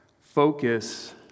focus